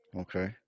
Okay